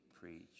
preach